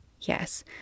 Yes